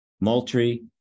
Moultrie